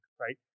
right